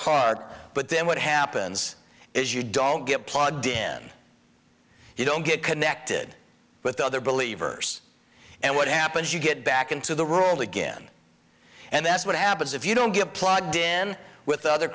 heart but then what happens is you don't get plugged in you don't get connected with other believers and what happens you get back into the rules again and that's what happens if you don't get plugged in with other